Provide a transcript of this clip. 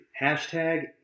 Hashtag